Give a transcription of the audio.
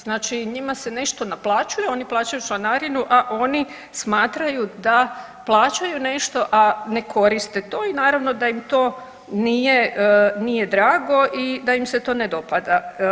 Znači njima se nešto naplaćuje, oni plaćaju članarinu, a oni smatraju da plaćaju nešto, a ne koriste to i naravno da im to nije drago i da im se to ne dopada.